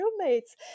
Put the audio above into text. roommates